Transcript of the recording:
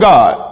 God